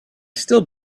still